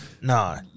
nah